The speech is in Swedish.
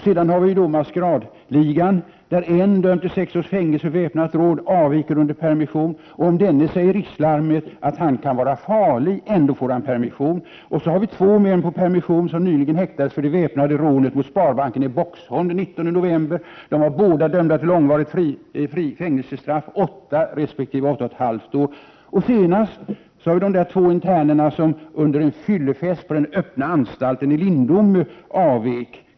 Sedan har vi maskeradligan, där en man, dömd till sex års fängelse för väpnat rån, avvikit under permission. Om denne säger rikslarmet att han kan vara farlig. Ändå får han permission. Vidare har två män på permission nyligen häktats för det väpnade rånet mot Sparbanken i Boxholm den 19 november. De var båda dömda till långvariga fängelsestraff — åtta resp. åtta och ett halvt år. Senast har två interner under en fyllefest på den öppna anstalten i Lindome avvikit.